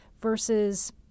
versus